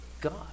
God